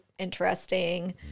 Interesting